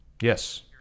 Yes